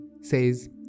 says